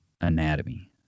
anatomy